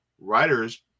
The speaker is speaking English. writers